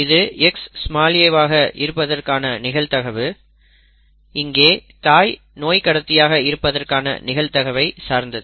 இது Xa வாக இருப்பதற்கான நிகழ்தகவு இங்கே தாய் நோய் கடத்தியாக இருப்பதற்கான நிகழ்தகவை சார்ந்தது